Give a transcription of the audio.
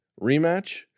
rematch